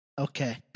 Okay